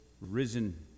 risen